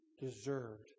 deserved